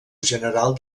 general